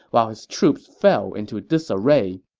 while his troops fell into disarray